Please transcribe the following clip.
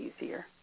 easier